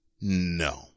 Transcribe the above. no